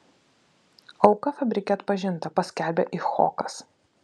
auka fabrike atpažinta paskelbė icchokas